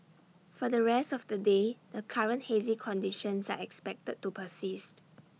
for the rest of the day the current hazy conditions are expected to persist